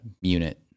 unit